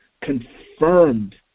confirmed